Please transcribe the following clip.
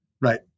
Right